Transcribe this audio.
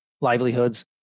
livelihoods